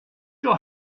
your